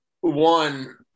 one